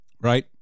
Right